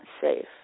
safe